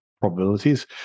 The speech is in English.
probabilities